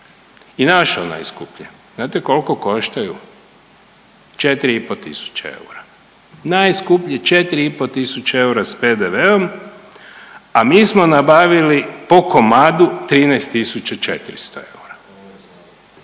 i našao najskuplje. Znate koliko koštaju? 4,5 tisuće eura, najskuplje 4,5 tisuće eura s PVD-om, a mi smo nabavili po komadu 13.400 eura.